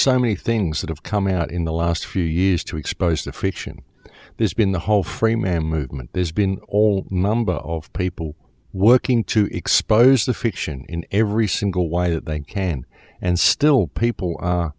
so many things that have come out in the last few years to expose the fiction there's been the whole frame and movement there's been all number of people working to expose the fiction in every single wire that they can and still people